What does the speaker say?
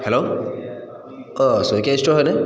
hello অঁ Saikia store হয়নে